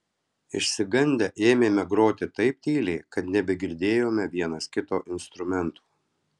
išsigandę ėmėme groti taip tyliai kad nebegirdėjome vienas kito instrumentų